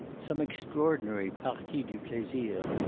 some extraordinary partie du plaisir,